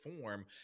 form